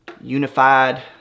unified